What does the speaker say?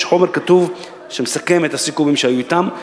יש חומר כתוב שמסכם את הסיכומים שהיו אתם.